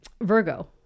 virgo